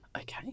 Okay